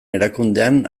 erakundean